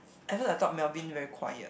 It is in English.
at first I thought Melvin very quiet